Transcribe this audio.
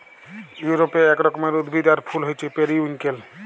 ইউরপে এক রকমের উদ্ভিদ আর ফুল হচ্যে পেরিউইঙ্কেল